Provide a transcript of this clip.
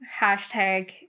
Hashtag